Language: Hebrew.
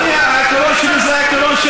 זה עקרון הכוח.